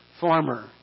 farmer